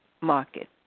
market